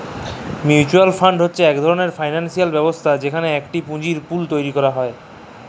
mutual fund হছে ইক ধরলের ফিল্যালসিয়াল ব্যবস্থা যেখালে ইকট পুঁজির পুল তৈরি ক্যরা হ্যয়